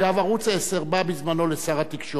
ערוץ-10 בא בזמנו לשר התקשורת,